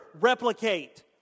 replicate